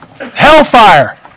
Hellfire